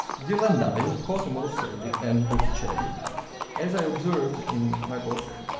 ghirlandaio, cosimo rosselli and botticelli. as i observed in my book,